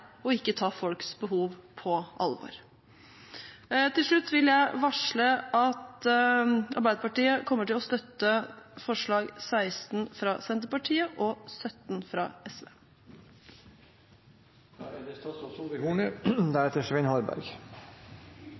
ikke ta folks behov på alvor. Til slutt vil jeg varsle at Arbeiderpartiet kommer til å støtte forslag nr. 16 fra Senterpartiet og nr. 17 fra SV.